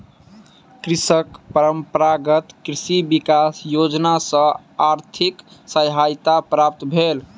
कृषक के परंपरागत कृषि विकास योजना सॅ आर्थिक सहायता प्राप्त भेल